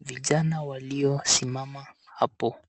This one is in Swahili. vijana waliosimama hapo.